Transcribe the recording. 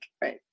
right